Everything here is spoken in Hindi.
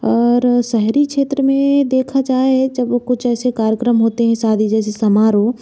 और शहरी क्षेत्र में देखा जाए जब वो कुछ जैसे कार्यक्रम होते हैं शादी जैसे समाहरोह